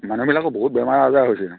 মানুহবিলাকৰ বহুত বেমাৰ আজাৰ হৈছে